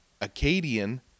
Acadian